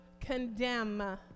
condemn